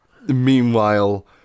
Meanwhile